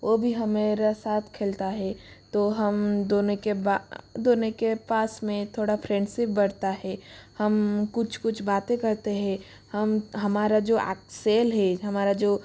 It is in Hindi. वो भी हमारे साथ खेलता है तो हम दोनों के दोनों के पास में थोड़ा फ्रेंडशिप बढ़ता है हम कुछ कुछ बातें करते है हम हमारा जो सेल है हमारा जो